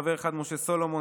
חבר אחד: משה סולומון,